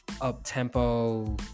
up-tempo